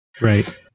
Right